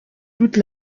toute